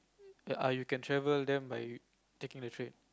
ya ah you can travel them by taking the train